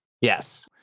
Yes